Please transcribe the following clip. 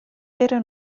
era